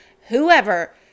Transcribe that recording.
whoever